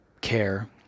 care